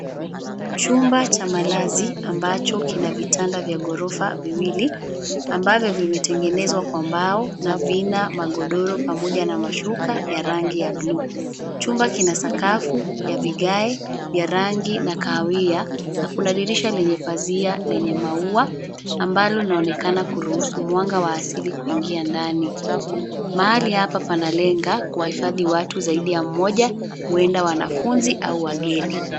Chumba cha malazi ambacho kina vitanda vya gorofa viwili, ambavyo vimetengenezwa kwa mbao na vina magodoro pamoja na mashuka ya rangi ya bluu. Chumba kina sakafu ya vigae vya rangi ya kahawia na kuna dirisha lenye pazia lenye maua ambalo linaonekana kuruhusu mwanga wa asili kuingia ndani. Mahali hapa panalenga kuwahifadhi watu zaidi ya mmoja, huenda wanafunzi au wageni.